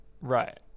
Right